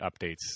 updates